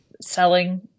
selling